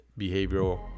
behavioral